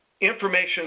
information